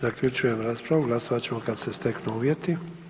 Zaključujem raspravu, glasovat ćemo kad se steknu uvjeti.